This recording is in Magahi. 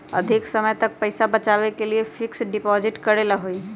अधिक समय तक पईसा बचाव के लिए फिक्स डिपॉजिट करेला होयई?